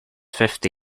fifty